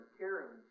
caring